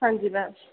हां जी मैम